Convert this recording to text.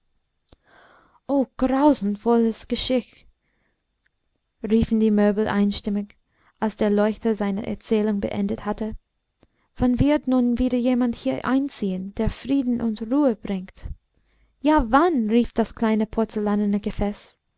o grausenvolles geschick riefen die möbel einstimmig als der leuchter seine erzählung beendet hatte wann wird nun wieder jemand hier einziehen der frieden und ruhe bringt ja wann rief das kleine porzellanene